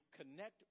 connect